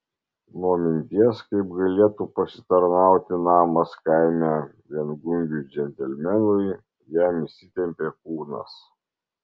nuo minties kaip galėtų pasitarnauti namas kaime viengungiui džentelmenui jam įsitempė kūnas